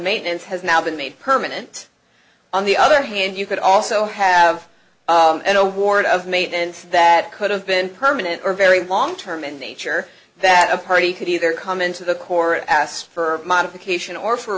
maintenance has now been made permanent on the other hand you could also have an award of maintenance that could have been permanent or very long term in nature that a party could either come into the core asked for modification or for